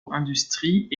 industries